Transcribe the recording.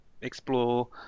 explore